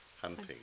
hunting